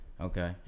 Okay